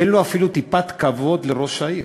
אין לו אפילו טיפת כבוד לראש העיר.